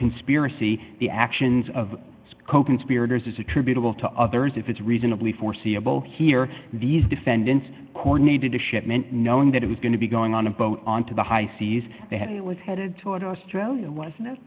conspiracy the actions of coconspirators is attributable to others if it's reasonably foreseeable here these defendants coordinated a shipment knowing that it was going to be going on a boat on to the high seas they had it was headed toward australia was that